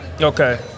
Okay